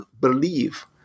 believe